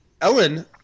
Ellen